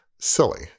silly